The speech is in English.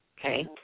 Okay